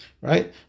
right